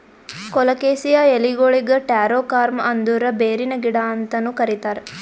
colocasia ಎಲಿಗೊಳಿಗ್ taro corm ಅಂದುರ್ ಬೇರಿನ ಗಿಡ ಅಂತನು ಕರಿತಾರ್